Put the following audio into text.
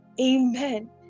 Amen